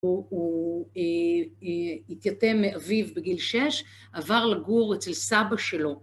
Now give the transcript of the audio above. הוא התייתם מאביו בגיל שש, עבר לגור אצל סבא שלו.